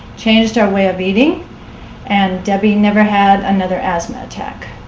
changed her way of eating and debbie never had another asthma attack.